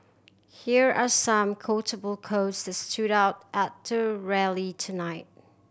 here are some quotable quotes that stood out at the rally tonight